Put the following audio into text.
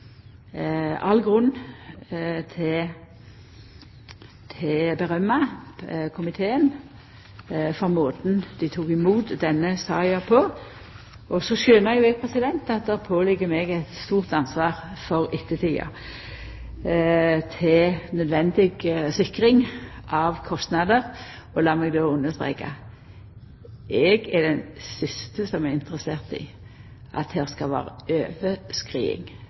all grunn til å rosa komiteen for måten dei tok imot denne saka på. Så skjønar eg at det påligg meg eit stort ansvar for nødvendig sikring av kostnader for ettertida. Lat meg understreka at eg er den siste som er interessert i at det skal